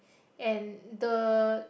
and the